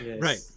Right